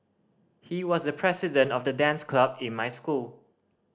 he was the president of the dance club in my school